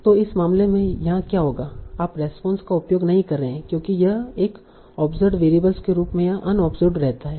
तो इस मामले में यहां क्या होगा आप रेस्पोंस का उपयोग नहीं कर रहे हैं क्योंकि यह एक ओब्सर्वेड वेरिएबल के रूप में यहाँ अनओब्सर्वेड रहता है